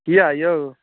किए यौ